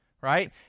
right